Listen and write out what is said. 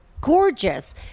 gorgeous